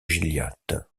gilliatt